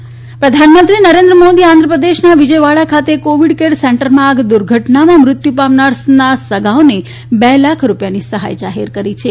આંધ્રપ્રદેશ આગ પ્રધાનમંત્રી નરેન્દ્ર મોદીએ આંધ્રપ્રદેશના વિજયવાડા ખાતે કોવિડ કેર સેન્ટરમાં આગ દુર્ધટનામાં મૃત્યુ પામનારના સગાને બે લાખ રૂપિયાની સહાય જાહેર કરી છે